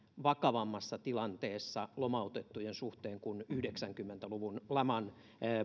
vakavammassa tilanteessa lomautettujen suhteen kuin yhdeksänkymmentä luvun laman